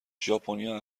ژاپنیا